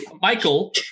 Michael